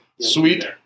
Sweet